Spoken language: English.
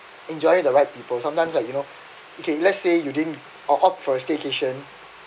enjoy the right people sometimes like you know okay let's say you didn't or opt for a staycation